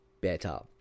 better